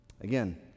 again